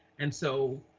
and so